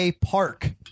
Park